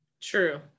True